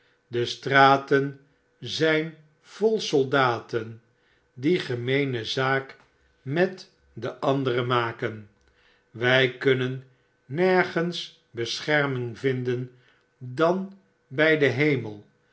de straten zijn vol soldaten die getaeene zaak met de anderen maken wij kunnen nergens bescherming vmden dan bij den hemel